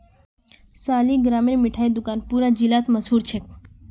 सालिगरामेर मिठाई दुकान पूरा जिलात मशहूर छेक